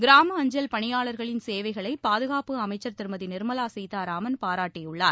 கிராம அஞ்சல் பணியாளர்களின் சேவைகளை பாதுகாப்பு அமைக்க் திருமதி நிர்மலா சீதாராமன் பாராட்டியுள்ளார்